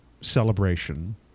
celebration